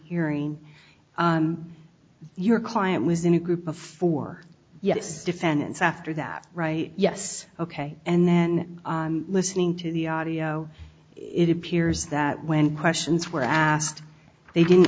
hearing your client was in a group of four yes defendants after that right yes ok and then listening to the audio it appears that when questions were asked they didn't